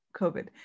COVID